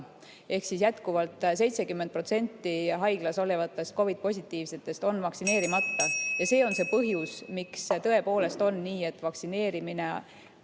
Ehk siis jätkuvalt 70% haiglas olevatest COVID-positiivsetest on vaktsineerimata. See on see põhjus, miks tõepoolest on nii, et vaktsineerimine